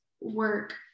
work